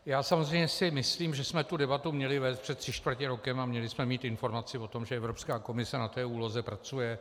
Já si samozřejmě myslím, že jsme tu debatu měli vést před tři čtvrtě rokem a měli jsme mít informaci o tom, že Evropská komise na té úloze pracuje.